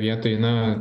vietoj na